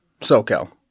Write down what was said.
SoCal